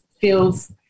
feels